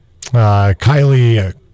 Kylie